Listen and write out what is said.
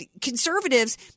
Conservatives